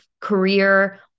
career